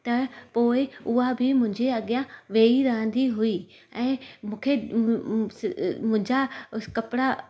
त पोइ उहा बि मुंहिंजे अॻियां वेई रहंदी हुई ऐं मूंखे मुंहिंजा कपिड़ा